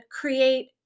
create